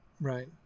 right